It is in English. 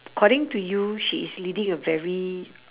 according to you she is leading a very